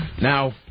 Now